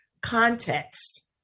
context